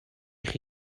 chi